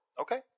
Okay